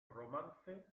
romance